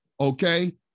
okay